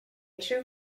true